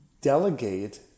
delegate